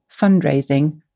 fundraising